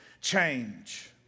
change